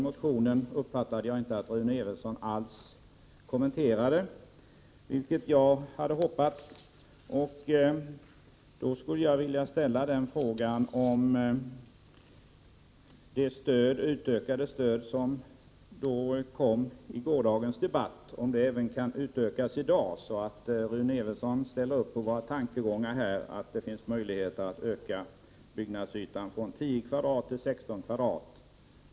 Jag uppfattade inte att Rune Evensson skulle ha kommenterat den motionen. Kan det utökade stödet i gårdagens debatt även gälla i dag, så att Rune Evensson skulle kunna ställa upp på våra tankegångar om att det finns möjlighet att öka byggnadsytan från 10 m? till 16 m?